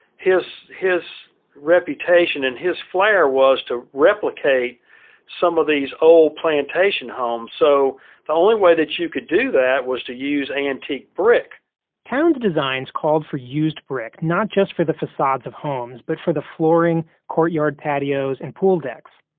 his his reputation and his flair was to replicate some of these old plantation homes. so the only way that you could do that was to use antique brick town's designs called for used brick not just for the facades of homes, but for the flooring, courtyard patios, and pool decks.